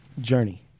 journey